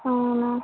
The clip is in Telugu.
అవునా